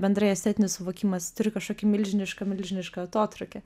bendrai estetinis suvokimas turi kažkokį milžinišką milžinišką atotrūkį